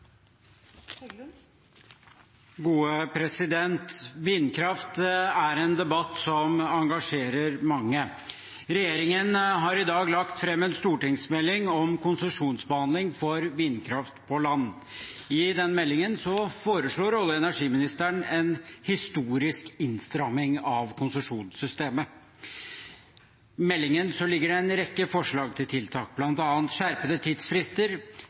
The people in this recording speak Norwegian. konsesjonsbehandling for vindkraft på land. I den meldingen foreslår olje- og energiministeren en historisk innstramming av konsesjonssystemet. I meldingen ligger det en rekke forslag til tiltak, bl.a. skjerpede tidsfrister,